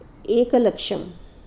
एकलक्षम्